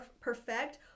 perfect